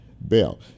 Bell